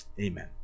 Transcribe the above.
Amen